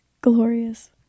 glorious